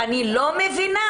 אני לא מבינה.